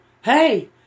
hey